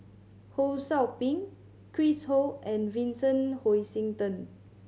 Ho Sou Ping Chris Ho and Vincent Hoisington